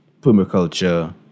permaculture